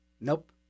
Nope